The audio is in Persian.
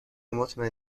مطمئن